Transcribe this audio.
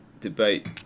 debate